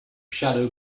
shadow